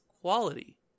quality